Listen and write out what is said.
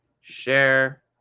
Share